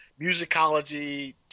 musicology